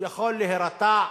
יכול להירתע,